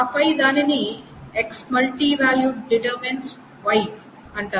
ఆపై దానిని X multi value determines Y అంటారు